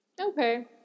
Okay